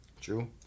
true